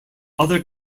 other